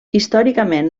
històricament